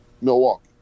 Milwaukee